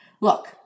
Look